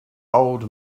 old